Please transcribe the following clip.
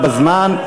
להיות בהצבעה בזמן.